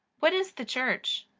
what is the church?